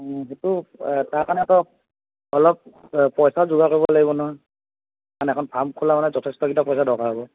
সেইটো তাৰ কাৰণে আকৌ অলপ পইচা যোগাৰ কৰিব লাগিব নহয় কাৰণ এখন ফাৰ্ম খোলা মানে যথেষ্টকেইটা পইচা দৰকাৰ হ'ব